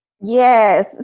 Yes